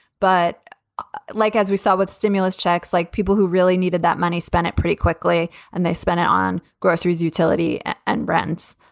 but like as we saw with stimulus checks, like people who really needed that money, spent it pretty quickly and they spent it on groceries, utility and brenton's